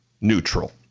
neutral